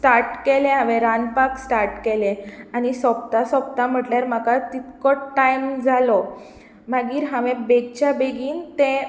start केलें हांवेन रांदपाक स्टार्ट केलें आनी सोंपता सोंपता म्हटल्यार म्हाका तितकोच टायम जालो मागीर हांवें बेगच्या बेगीन तें